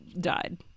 died